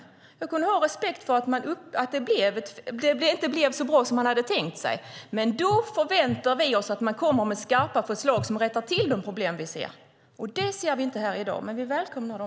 Jag skulle kunna ha respekt för att det inte blev så bra som man hade tänkt sig, men då förväntar vi oss att man kommer med skarpa förslag som rättar till problemen. Det ser vi inte i dag, men vi välkomnar dem.